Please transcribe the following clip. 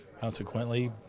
consequently